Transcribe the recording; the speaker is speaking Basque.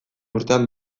urtean